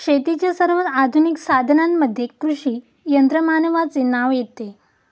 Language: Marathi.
शेतीच्या सर्वात आधुनिक साधनांमध्ये कृषी यंत्रमानवाचे नाव येते